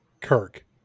Kirk